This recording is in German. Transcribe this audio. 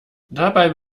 dabei